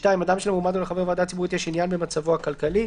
(2)אדם שלמועמד או לחבר ועדה ציבורית יש עניין במצבו הכלכלי,